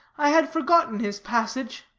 i had forgotten his passage